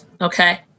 Okay